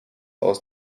aus